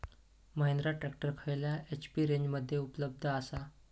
Mahindra tractor खयल्या HP रेंजमध्ये उपलब्ध आसा?